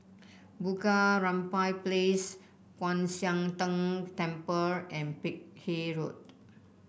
Bunga Rampai Place Kwan Siang Tng Temple and Peck Hay Road